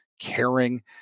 caring